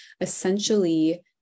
essentially